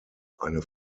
eine